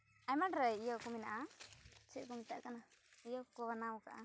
ᱟᱭᱢᱟ ᱰᱷᱮᱨ ᱤᱭᱟᱹᱠᱚ ᱢᱮᱱᱟᱜᱼᱟ ᱪᱮᱫᱠᱚ ᱢᱮᱛᱟᱜ ᱠᱟᱱᱟ ᱤᱭᱟᱹᱠᱚ ᱵᱮᱱᱟᱣ ᱟᱠᱟᱫᱼᱟ